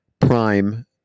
Prime